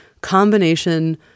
combination